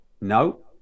No